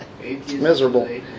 Miserable